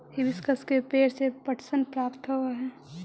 hibiscus के पेंड़ से पटसन प्राप्त होव हई